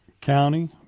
County